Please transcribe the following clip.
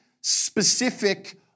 specific